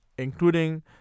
including